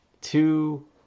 two